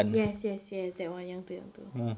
yes yes yes that [one] yang tu yang tu